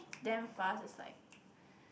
damn fast it's like